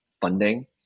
funding